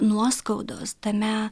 nuoskaudos tame